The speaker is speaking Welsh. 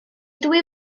dwy